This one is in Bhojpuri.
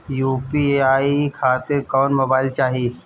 यू.पी.आई खातिर कौन मोबाइल चाहीं?